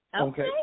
Okay